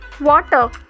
Water